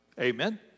Amen